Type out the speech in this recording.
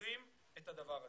ועוצרים את הדבר הזה.